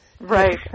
Right